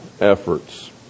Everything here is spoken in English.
efforts